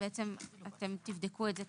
בעצם מה